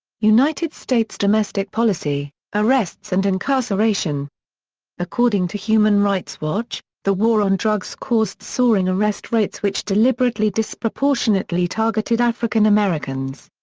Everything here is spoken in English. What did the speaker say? united states domestic policy arrests and incarceration according to human rights watch, the war on drugs caused soaring arrest rates which deliberately disproportionately targeted african americans.